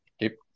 Keep